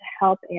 help